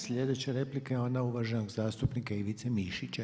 Slijedeća replika je ona uvaženog zastupnika Ivice Mišića.